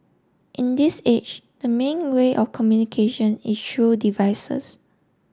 in this age the main way of communication is through devices